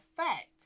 effect